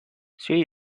she